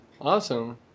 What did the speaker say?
awesome